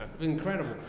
incredible